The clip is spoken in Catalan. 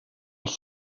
als